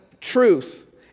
truth